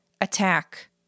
attack